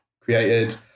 created